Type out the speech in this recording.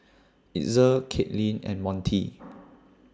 Itzel Caitlin and Montie